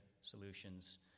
solutions